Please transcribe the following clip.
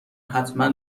حتما